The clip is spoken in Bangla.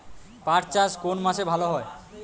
পাট চাষ কোন মাসে ভালো হয়?